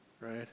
right